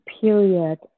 period